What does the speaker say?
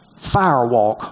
firewalk